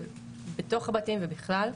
בתוך הבתים ובכלל.